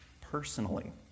personally